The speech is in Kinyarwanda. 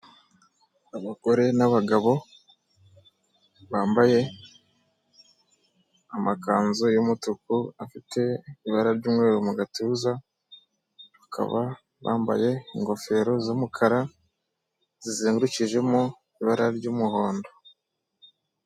Abagore n'abagabo bambaye amakanzu y'umutuku afite ibara ry'umweru mu gatuza, bakaba bambaye ingofero z'umukara zizengukijemo ibara ry'umuhondo.